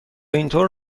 اینطور